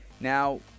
Now